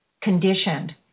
conditioned